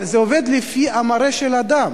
זה עובד לפי המראה של אדם.